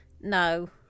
no